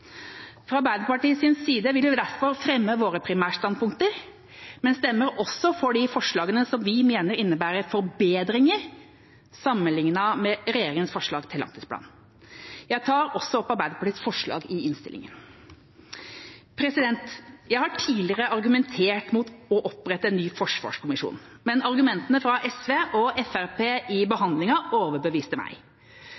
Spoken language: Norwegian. Fra Arbeiderpartiets side vil vi derfor fremme våre primærstandpunkter, men stemmer også for de forslagene vi mener innebærer forbedringer sammenliknet med regjeringas forslag til langtidsplan. – Jeg tar også opp Arbeiderpartiets forslag i innstillinga. Jeg har tidligere argumentert mot å opprette en ny forsvarskommisjon, men argumentene fra SV og